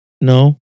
no